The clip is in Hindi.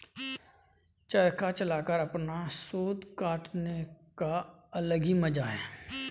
चरखा चलाकर अपना सूत काटने का अलग ही मजा है